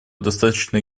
достаточно